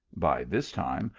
by this time,